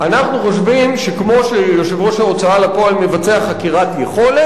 אנחנו חושבים שכמו שראש ההוצאה לפועל מבצע חקירת יכולת,